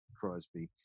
Crosby